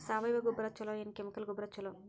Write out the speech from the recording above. ಸಾವಯವ ಗೊಬ್ಬರ ಛಲೋ ಏನ್ ಕೆಮಿಕಲ್ ಗೊಬ್ಬರ ಛಲೋ?